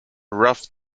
rough